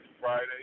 Friday